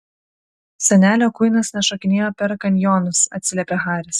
senelio kuinas nešokinėjo per kanjonus atsiliepė haris